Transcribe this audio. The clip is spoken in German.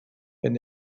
wenn